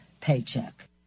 paycheck